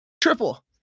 Triple